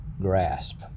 grasp